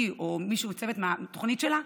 היא או מישהו מצוות התוכנית שלה,